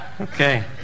Okay